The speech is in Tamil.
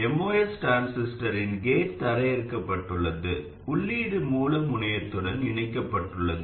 MOS டிரான்சிஸ்டரின் கேட் தரையிறக்கப்பட்டுள்ளது உள்ளீடு மூல முனையத்துடன் இணைக்கப்பட்டுள்ளது